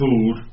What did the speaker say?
food